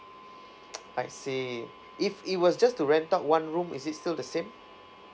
I see if it was just to rent out one room is it still the same